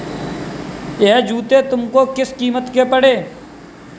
यह जूते तुमको किस कीमत के पड़े?